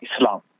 Islam